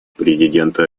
президента